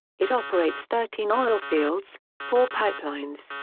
it operates thirteen oil fields, four pipelines,